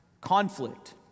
conflict